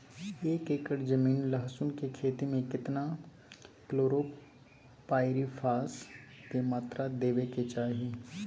एक एकर जमीन लहसुन के खेती मे केतना कलोरोपाईरिफास के मात्रा देबै के चाही?